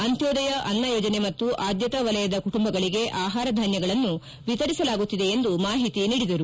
ಅಂತ್ನೋದಯ ಅನ್ನ ಯೋಜನೆ ಮತ್ತು ಆದ್ಲತಾ ವಲಯದ ಕುಟುಂಬಗಳಿಗೆ ಆಹಾರ ಧಾನ್ಗಗಳನ್ನು ವಿತರಿಸಲಾಗುತ್ತಿದೆ ಎಂದು ಮಾಹಿತಿ ನೀಡಿದರು